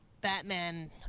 Batman